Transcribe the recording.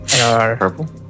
Purple